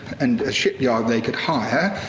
and a shipyard they could hire,